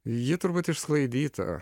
ji turbūt išsklaidyta